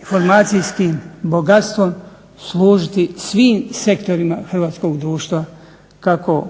informacijskim bogatstvom služiti svim sektorima hrvatskog društva kako